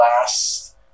last